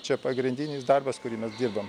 čia pagrindinis darbas kurį mes dirbam